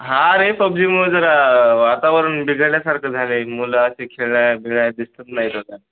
हा रे पबजीमुळं जरा वातावरण बिघडल्यासारखं झालं आहे मुलं अशी खेळायला बिळाय दिसत नाहीत आता